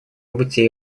опыте